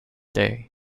day